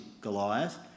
Goliath